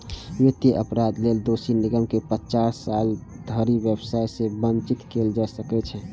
वित्तीय अपराध लेल दोषी निगम कें पचास साल धरि व्यवसाय सं वंचित कैल जा सकै छै